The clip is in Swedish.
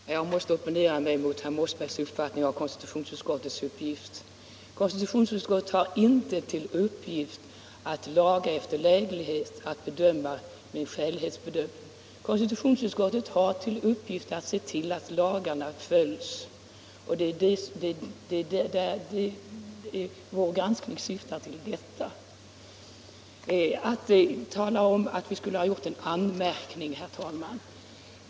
Herr talman! Jag måste opponera mig mot herr Mossbergs uppfattning om konstitutionsutskottets uppgift. Konstitutionsutskottet har inte till uppgift att laga efter läglighet, att göra skälighetsbedömning. Konstitutionsutskottet har uppgiften att se till att lagarna följs: Vår granskning syftar till detta. Herr Mossberg talar om att vi borde ha gjort en anmärkning, herr talman.